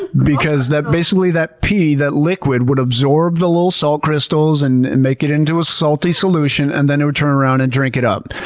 because basically that pee, that liquid, would absorb the little salt crystals and and make it into a salty solution, and then it would turn around and drink it up.